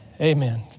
Amen